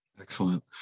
excellent